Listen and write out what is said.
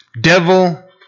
devil